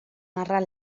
narrar